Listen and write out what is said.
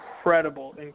incredible